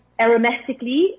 aromatically